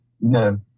no